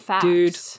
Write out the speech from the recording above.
dude